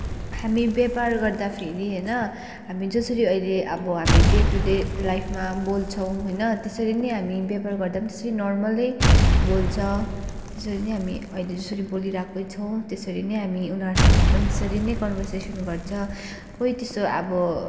हामी व्यापार गर्दाखेरि होइन हामी जसरी अहिले अब हामी डे टु डे लाइफमा बोल्छौँ होइन त्यसरी नै हामी व्यापार गर्दा पनि त्यसरी नर्मलै हामी बोल्छौँ त्यसरी नै हामी अहिले जसरी बोलिरहेकै छौँ त्यसरी नै हामी उनीहरूसँग पनि त्यसरी नै कन्भर्सेसन गर्छ कोही त्यस्तो अब